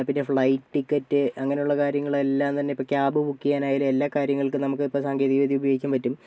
പിന്നെ flight ticket അങ്ങനുള്ള കാര്യങ്ങളെല്ലാം തന്നെ ഇപ്പോൾ ക്യാമ്പ് ബുക്ക് ചെയ്യാനായാലും എല്ലാ കാര്യങ്ങൾക്കും നമുക്ക് ഇപ്പോൾ സാങ്കേതികവിദ്യ ഉപയോഗിക്കാൻ പറ്റും